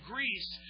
Greece